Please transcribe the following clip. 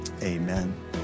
Amen